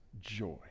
joy